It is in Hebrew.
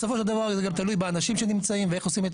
בסופו של דבר זה גם תלוי באנשים שנמצאים ואיך עושים את